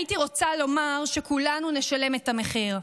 הייתי רוצה לומר שכולנו נשלם את המחיר,